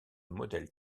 modèle